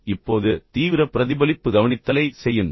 இப்போது தீவிர பிரதிபலிப்பு கவனித்தலை செய்யுங்கள்